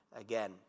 again